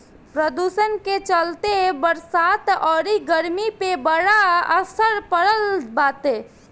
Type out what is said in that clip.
प्रदुषण के चलते बरसात अउरी गरमी पे बड़ा असर पड़ल बाटे